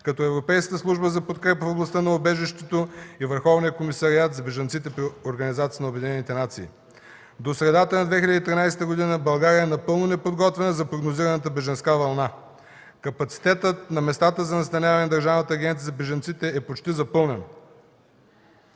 като Европейската служба за подкрепа в областта на убежищата и Върховния комисариат за бежанците при Организацията на обединените нации. До средата на 2013 г. България е напълно неподготвена за прогнозираната бежанска вълна. Капацитетът на местата за настаняване на Държавната агенция за бежанците е почти запълнен.